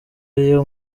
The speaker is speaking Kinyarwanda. ariyo